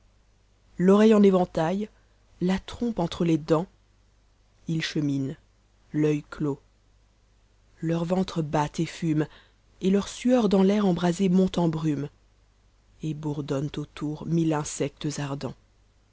l'oreille en éventail la trompe entre les dents ils cheminent fa c os leur ventre bat et fume et leur sueur dans l'air embrasé monte en brume et bourdonnent autour mille insectes ardents